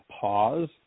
pause